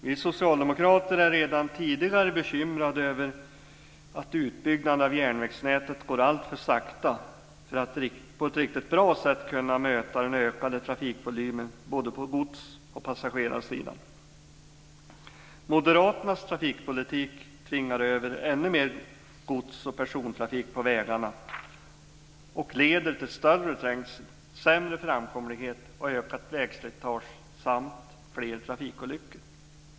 Vi socialdemokrater är redan tidigare bekymrade över att utbyggnaden av järnvägsnätet går alltför sakta för att vi på ett riktigt bra sätt ska kunna möta den ökande trafikvolymen både på godsoch passagerarsidan. Moderaternas trafikpolitik tvingar över ännu mer gods och persontrafik till vägarna vilket leder till större trängsel, sämre framkomlighet, ökat vägslitage och fler trafikolyckor.